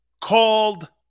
called